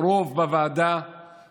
בואו נאמר את האמת,